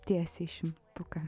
tiesiai šimtuką